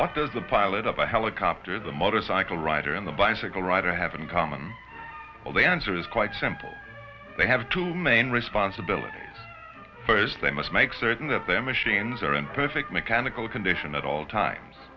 what does the pilot of the helicopter the motorcycle rider in the bicycle rider have in common or the answer is quite simple they have two main responsibility first they must make certain that their machines aren't perfect mechanical condition at all times